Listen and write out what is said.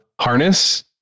harness